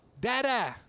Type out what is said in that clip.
Dada